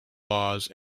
laws